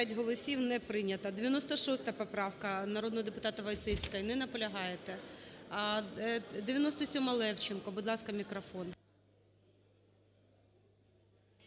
96 поправка народного депутата Войціцької. Не наполягаєте. 97-а,Левченка. Будь ласка, мікрофон.